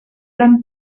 van